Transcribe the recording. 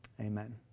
Amen